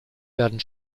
werden